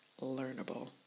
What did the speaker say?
learnable